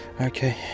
Okay